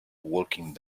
walking